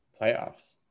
playoffs